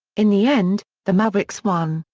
in the end, the mavericks won,